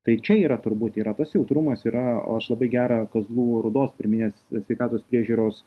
tai čia yra turbūt yra tas jautrumas yra o aš labai gerą kazlų rūdos pirminės sveikatos priežiūros